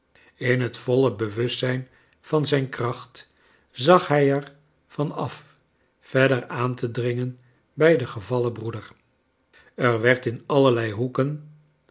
in het voile bewustzijn van zijn kracht zag hij er van af verder aan te dringen bij den gevallen broeder er werd in allerlei boeken